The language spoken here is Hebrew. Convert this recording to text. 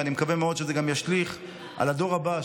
ואני מקווה מאוד שזה גם ישליך על הדור הבא,